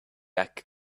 act